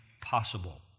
possible